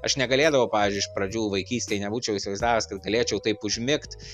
aš negalėdavau pavyžiui iš pradžių vaikystėj nebūčiau įsivaizdavęs kad galėčiau taip užmigt